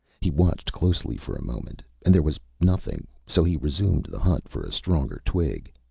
he watched closely for a moment and there was nothing, so he resumed the hunt for a stronger twig.